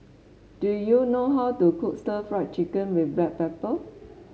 do you know how to cook stir Fry Chicken with Black Pepper